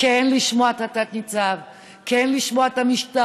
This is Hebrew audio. אתם מבולבלים